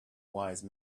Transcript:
wise